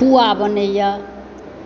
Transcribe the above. पूआ बनैया